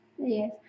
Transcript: Yes